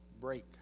break